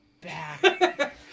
back